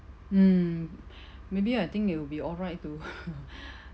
mm maybe I think it'll be alright to